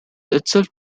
itself